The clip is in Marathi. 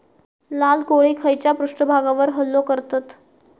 लाल कोळी खैच्या पृष्ठभागावर हल्लो करतत?